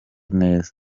neza